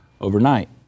overnight